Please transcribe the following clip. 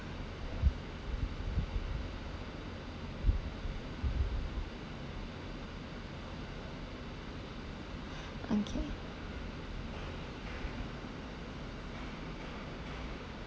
okay